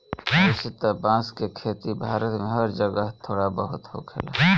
अइसे त बांस के खेती भारत में हर जगह थोड़ा बहुत होखेला